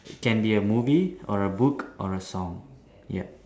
can be a movie or a book or a song yup